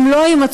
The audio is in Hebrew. אם לא יימצאו,